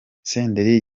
senderi